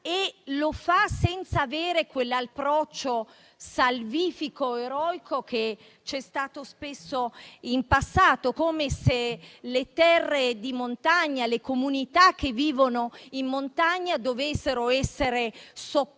politica, senza avere quell'approccio salvifico o eroico che c'è stato spesso in passato, come se le terre di montagna e le comunità che vivono in montagna dovessero essere soccorse